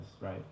right